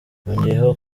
yongeyeho